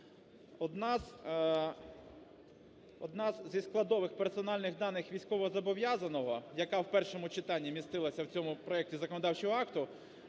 Одна зі складових персональних даних військовозобов'язаного, яка в першому читанні містилася в цьому проекті законодавчого акту,